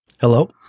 Hello